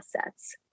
assets